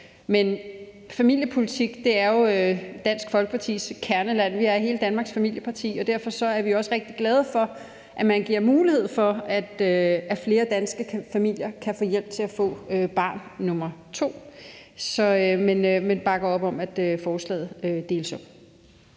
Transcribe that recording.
op. Familiepolitik er jo Dansk Folkepartis kerneland. Vi er hele Danmarks familieparti, og derfor er vi også rigtig glade for, at man giver mulighed for, at flere danske familier kan få hjælp til at få barn nummer to. Og vi bakker op om, at forslaget deles op.